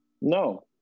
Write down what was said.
no